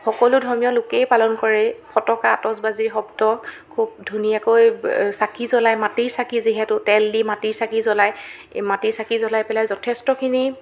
সকলো ধৰ্মীয় লোকেই পালন কৰেই ফটকা আটচবাজীৰ শব্দ খুব ধুনীয়াকৈ চাকি জ্বলায় মাটিৰ চাকি যিহেতু তেল দি মাটিৰ চাকি জ্বলায় মাটিৰ চাকি জ্বলাই পেলাই যথেষ্টখিনি